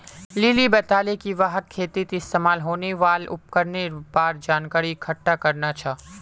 lily बताले कि वहाक खेतीत इस्तमाल होने वाल उपकरनेर बार जानकारी इकट्ठा करना छ